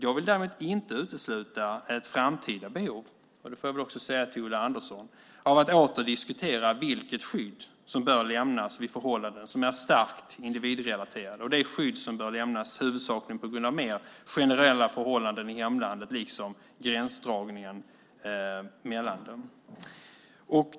Jag vill däremot inte utesluta ett framtida behov - och detta säger jag också till Ulla Andersson - av att åter diskutera vilket skydd som bör lämnas vid förhållanden som är starkt individrelaterade och det skydd som bör lämnas huvudsakligen på grund av mer generella förhållanden i hemlandet, liksom gränsdragningen dem emellan.